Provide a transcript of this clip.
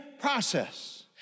process